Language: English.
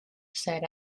said